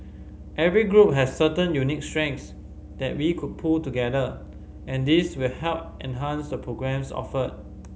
every group has certain unique strengths that we could pool together and this will help enhance the programmes offered